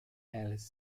alice